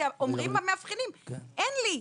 כי אומרים המאבחנים: אין לי,